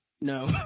No